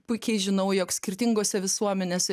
puikiai žinau jog skirtingose visuomenėse